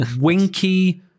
Winky